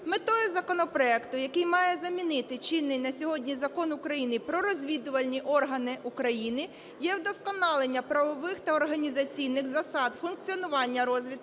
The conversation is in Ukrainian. Метою законопроекту, який має замінити чинний на сьогодні Закон України "Про розвідувальні органи України", є вдосконалення правових та організаційних засад функціонування розвідки,